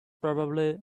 probably